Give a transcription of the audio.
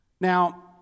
Now